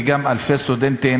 ויש גם אלפי סטודנטים